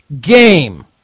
game